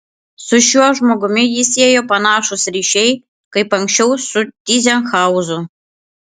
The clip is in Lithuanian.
su šiuo žmogumi jį siejo panašūs ryšiai kaip anksčiau su tyzenhauzu